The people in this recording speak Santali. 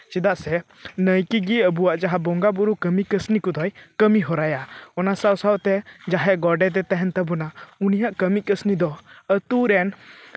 ᱪᱮᱫᱟᱜ ᱥᱮ ᱱᱟᱭᱠᱮ ᱜᱮ ᱟᱵᱚᱣᱟᱜ ᱵᱚᱸᱜᱟᱼᱵᱩᱨᱩ ᱠᱟᱹᱢᱤ ᱠᱟᱹᱥᱱᱤ ᱠᱚᱫᱚᱭ ᱠᱟᱹᱢᱤ ᱦᱚᱨᱟᱭᱟ ᱚᱱᱟ ᱥᱟᱶ ᱥᱟᱶᱛᱮ ᱡᱟᱦᱟᱸᱭ ᱜᱚᱰᱮᱛ ᱮ ᱛᱟᱦᱮᱱ ᱛᱟᱵᱳᱱᱟ ᱩᱱᱤᱭᱟᱜ ᱠᱟᱹᱢᱤ ᱠᱟᱹᱥᱱᱤ ᱫᱚ ᱟᱹᱛᱩ ᱨᱮᱱ